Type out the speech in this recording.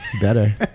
Better